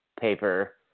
paper